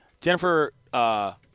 Jennifer